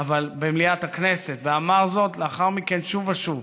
אבל במליאת הכנסת, ואמר זאת לאחר מכן שוב ושוב: